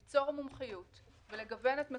שתוך 30 ימי עסקים מאז שהם נותנים את התוצאות